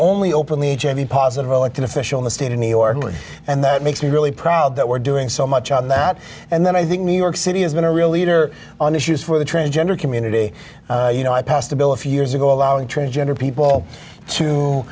openly positive elected official in the state of new york and that makes me really proud that we're doing so much on that and then i think new york city has been a real leader on issues for the transgender community you know i passed a bill a few years ago allowing transgender people to